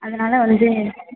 அதனால வந்து